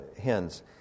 hens